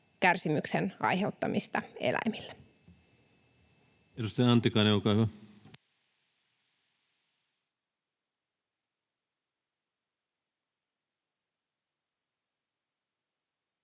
kärsimyksen aiheuttamista eläimille.